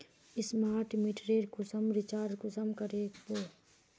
Smart मीटरेर कुंसम recharge कुंसम करे का बो?